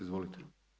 Izvolite.